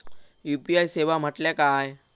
UPI सेवा म्हटल्या काय?